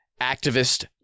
activist